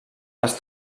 dels